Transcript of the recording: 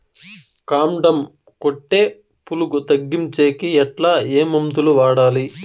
కాండం కొట్టే పులుగు తగ్గించేకి ఎట్లా? ఏ మందులు వాడాలి?